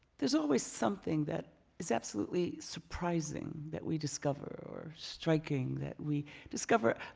there's always something that is absolutely surprising that we discover or striking that we discover.